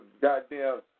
goddamn